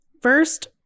First